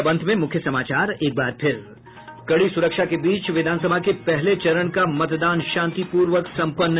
और अब अंत में मुख्य समाचार एक बार फिर कड़ी सुरक्षा के बीच विधानसभा के पहले चरण का मतदान शांतिपूर्वक सम्पन्न